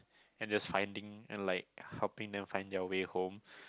and just finding and like helping them find their way home